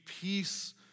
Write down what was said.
peace